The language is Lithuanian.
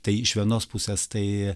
tai iš vienos pusės tai